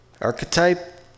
Archetype